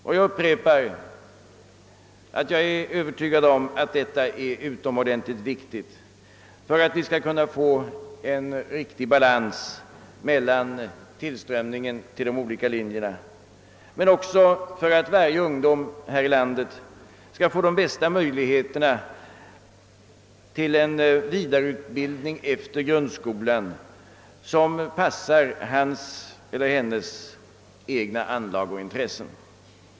Jag upprepar att jag är övertygad om att detta är utomordentligt viktigt för att vi skall kunna få en riktig balans mellan tillströmningen till de olika linjerna men också för att var och en av ungdomarna här i landet skall ha de bästa möjligheterna till en vidareutbildning efter grundskolan som passar hans eller hennes egna anlag och intressen.